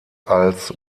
als